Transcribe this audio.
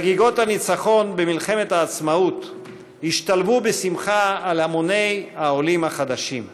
חגיגות הניצחון במלחמת העצמאות השתלבו בשמחה על המוני העולים החדשים.